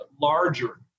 larger